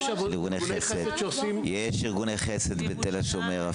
יש ארגוני חסד בתל השומר,